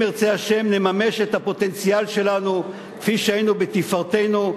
ואם ירצה השם נממש את הפוטנציאל שלנו כפי שהיינו בתפארתנו,